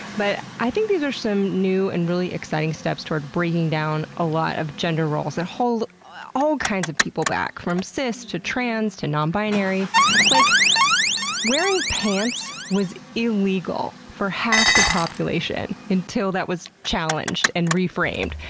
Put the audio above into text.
but i think these are some new and really exciting steps toward breaking down a lot of gender roles that hold all kinds of people back, from cis to trans to non-binary. like wearing pants was illegal for half the population until that was challenged and reframed,